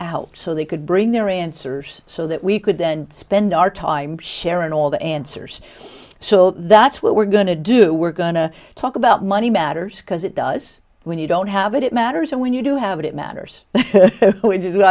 out so they could bring their answers so that we could then spend our time share and all the answers so that's what we're going to do we're going to talk about money matters because it does when you don't have it it matters and when you do have it it matters which is why